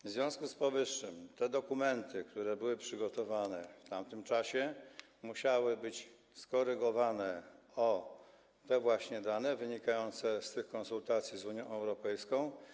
W związku z powyższym dokumenty, które były przygotowane w tamtym czasie, musiały być skorygowane o te właśnie dane, wynikające z konsultacji z Unią Europejską.